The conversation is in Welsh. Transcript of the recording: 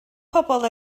pobl